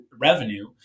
revenue